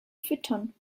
füttern